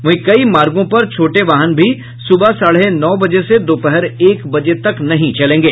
वहीं कई मार्गों पर छोटे वाहन भी सुबह साढ़े नौ बजे से दोपहर एक बजे तक नहीं चलेंगे